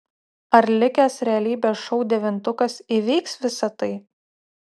ar likęs realybės šou devintukas įveiks visa tai